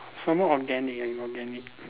some more organic eh organic